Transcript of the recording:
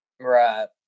Right